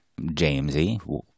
Jamesy